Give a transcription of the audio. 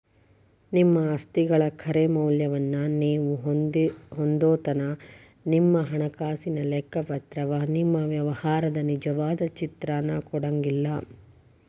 ನಿಮ್ಮ ಆಸ್ತಿಗಳ ಖರೆ ಮೌಲ್ಯವನ್ನ ನೇವು ಹೊಂದೊತನಕಾ ನಿಮ್ಮ ಹಣಕಾಸಿನ ಲೆಕ್ಕಪತ್ರವ ನಿಮ್ಮ ವ್ಯವಹಾರದ ನಿಜವಾದ ಚಿತ್ರಾನ ಕೊಡಂಗಿಲ್ಲಾ